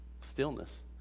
Stillness